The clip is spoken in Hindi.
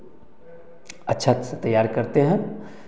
अच्छा सा तैयार करते हैं